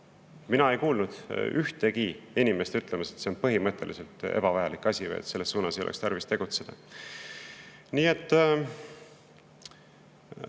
mina ei kuulnud ühtegi inimest ütlemas, et see on põhimõtteliselt ebavajalik asi või et selle nimel ei oleks tarvis tegutseda. Vaatame